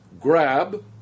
grab